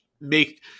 make